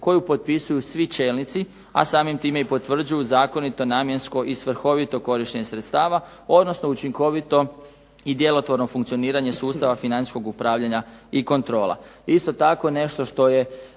koju potpisuju svi čelnici, a samim time i potvrđuju zakonito, namjensko i svrhovito korištenje sredstava, odnosno učinkovito i djelotvorno funkcioniranje sustava financijskog upravljanja i kontrola. Isto tako nešto što je